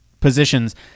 positions